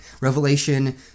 Revelation